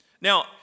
Now